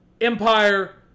Empire